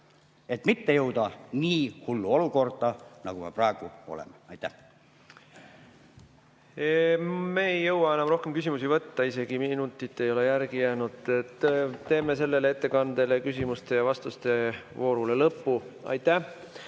et mitte jõuda nii hullu olukorda, kus me praegu oleme. Me ei jõua enam rohkem küsimusi võtta, isegi minutit ei ole järel. Teeme selle ettekande küsimuste ja vastuste voorule lõppu.